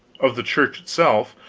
of the church itself,